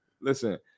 Listen